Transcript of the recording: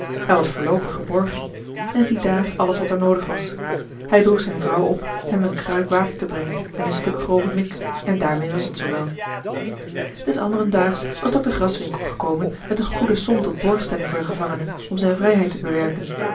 hij was voorloopig geborgen en ziedaar alles wat er noodig was hij droeg zijne vrouw op hem eene kruik water te brengen en een stuk grove mik en daarmeê was het z wel des anderen daags was dr graswinckel gekomen met eene goede som tot borgstelling voor den gevangene om zijne vrijheid te bewerken